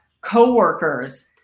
coworkers